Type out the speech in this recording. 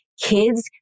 kids